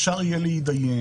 אפשר יהיה להתדיין.